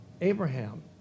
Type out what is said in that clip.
Abraham